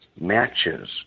matches